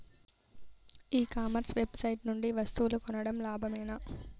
ఈ commerce website నుండి వస్తువులు కొనడం లాభమేనా?